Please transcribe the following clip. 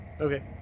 Okay